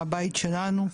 מהבית שלנו,